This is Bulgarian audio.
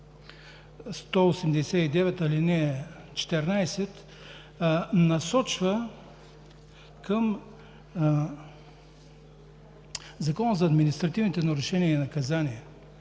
189, ал. 14, насочва към Закона за административните нарушения и наказания,